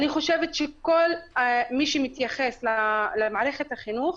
אני חושבת שכל מי שמתייחס למערכת החינוך,